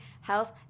health